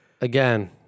again